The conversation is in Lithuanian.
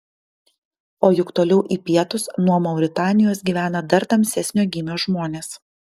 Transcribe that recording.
o juk toliau į pietus nuo mauritanijos gyvena dar tamsesnio gymio žmonės